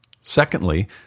Secondly